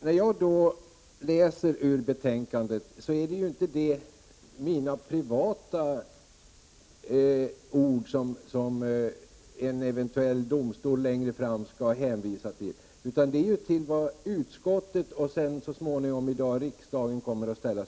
Men det som står i betänkandet innebär ju inte att det är mina privata ord som en domstol längre fram eventuellt skall hänvisa till utan det är ju till vad utskottet och så småningom riksdagen har fattat beslut om.